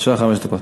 בבקשה, חמש דקות.